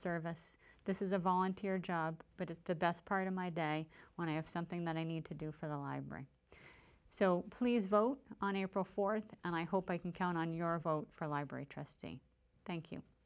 service this is a volunteer job but it's the best part of my day when i have something that i need to do for the library so please vote on april fourth and i hope i can count on your vote for a library trustee thank you